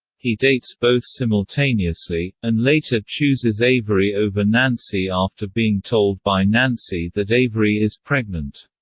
he dates both simultaneously, and later chooses avery over nancy after being told by nancy that avery is pregnant.